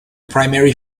primary